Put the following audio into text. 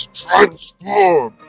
transform